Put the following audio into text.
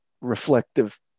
reflective